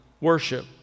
worship